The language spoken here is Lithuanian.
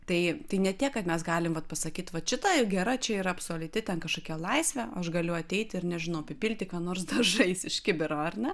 tai tai ne tiek kad mes galim vat pasakyt vat šita gera čia yra absoliuti ten kažkokia laisvė aš galiu ateiti ir nežinau apipilti ką nors dažais iš kibiro ar ne